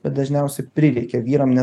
bet dažniausia prireikia vyram nes